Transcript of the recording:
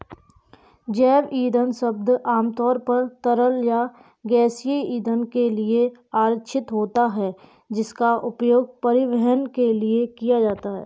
जैव ईंधन शब्द आमतौर पर तरल या गैसीय ईंधन के लिए आरक्षित होता है, जिसका उपयोग परिवहन के लिए किया जाता है